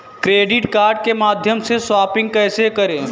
Credit card के माध्यम से शॉपिंग कैसे करें?